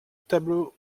tableau